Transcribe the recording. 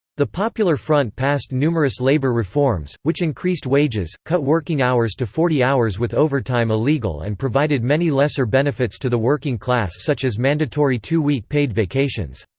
the popular front passed numerous labor reforms, which increased wages, cut working hours to forty hours with overtime illegal and provided many lesser benefits to the working class such as mandatory two-week paid vacations.